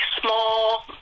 small